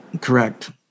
Correct